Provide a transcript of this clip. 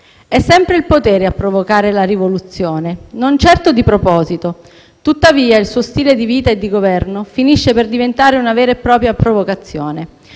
«È sempre il potere a provocare la rivoluzione. Non certo di proposito. Tuttavia il suo stile di vita e di governo finisce per diventare una vera e propria provocazione.